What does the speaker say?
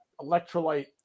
electrolyte